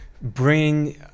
bring